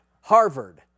Harvard